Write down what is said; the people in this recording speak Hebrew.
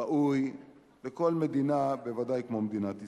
ראוי בכל מדינה, בוודאי במדינת ישראל.